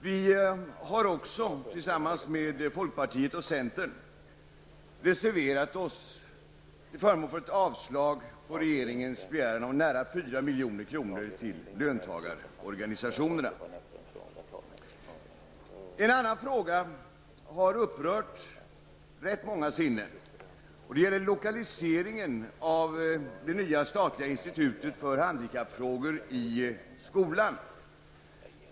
Vi har också tillsammans med folkpartiet och centern reserverat oss till förmån för ett avslag på regeringens begäran om nära 4 milj.kr. till löntagarorganisationerna. En annan fråga har upprört rätt många sinnen, nämligen lokaliseringen av det nya statliga institutet för handikappfrågor i skolan.